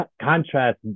contrast